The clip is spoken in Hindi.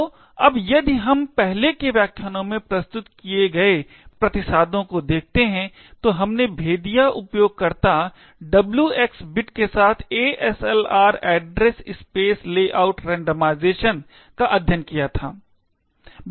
तो अब यदि हम पहले के व्याख्यानों में प्रस्तुत किए गए प्रतिसादों को देखते हैं तो हमने भेदिया उपयोगकर्ता WX बिट के साथ साथ ASLR address space layout randomisation का अध्ययन किया था